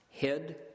Head